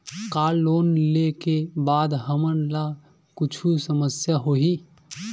का लोन ले के बाद हमन ला कुछु समस्या होही?